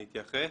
אני אתייחס.